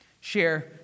Share